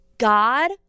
God